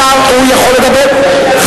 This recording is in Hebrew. רק שידבר לעניין.